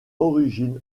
origine